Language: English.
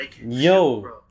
Yo